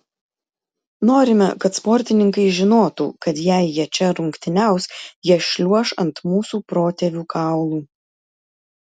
norime kad sportininkai žinotų kad jei jie čia rungtyniaus jie šliuoš ant mūsų protėvių kaulų